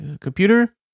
computer